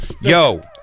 Yo